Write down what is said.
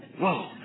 Whoa